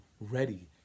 ready